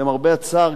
למרבה הצער,